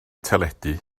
teledu